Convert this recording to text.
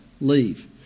leave